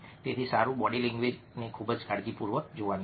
તેથી સારું બોડી લેંગ્વેજશરીરની ભાષાને ખૂબ જ કાળજીપૂર્વક જોવાની છે